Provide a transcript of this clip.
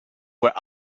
were